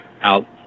out